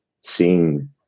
seeing